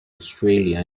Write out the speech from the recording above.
australia